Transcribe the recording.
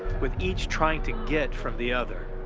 with each trying to get from the other.